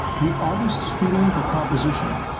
the artist's feeling for composition,